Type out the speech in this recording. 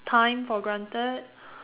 time for granted